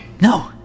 No